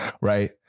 right